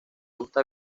gusta